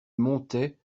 montais